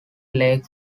lake